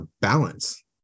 balance